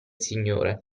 signore